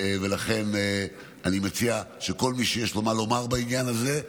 ולכן, אני מציע שכל מי שיש לו מה לומר בעניין הזה,